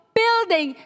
building